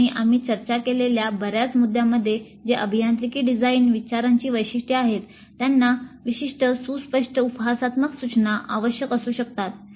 आणि आम्ही चर्चा केलेल्या बर्याच मुद्द्यांमधे जे अभियांत्रिकी डिझाइन विचारांची वैशिष्ट्ये आहेत त्यांना विशिष्ट सुस्पष्ट उपहासात्मक सूचना आवश्यक असू शकतात